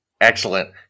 Excellent